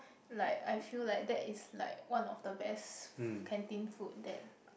like I feel like that is like one of the best canteen food that